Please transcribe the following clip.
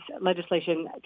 legislation